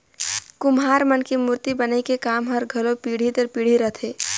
कुम्हार मन के मूरती बनई के काम हर घलो पीढ़ी दर पीढ़ी रहथे